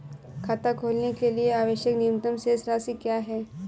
खाता खोलने के लिए आवश्यक न्यूनतम शेष राशि क्या है?